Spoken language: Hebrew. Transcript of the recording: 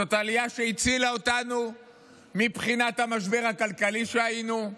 זאת עלייה שהצילה אותנו מבחינת המשבר הכלכלי שהיינו,